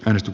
risto